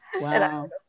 Wow